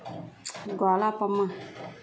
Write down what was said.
నేను నా మొబైల్ నుండి కే.వై.సీ ని అప్డేట్ చేయవచ్చా?